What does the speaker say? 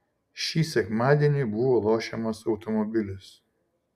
šį sekmadienį buvo lošiamas automobilis